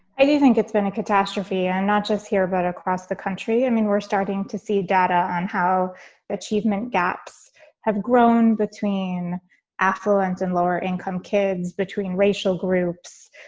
i do think it's been a catastrophe and not just here, but across the country. i mean, we're starting to see data on how achievement gaps have grown between affluent and lower income kids, between racial groups.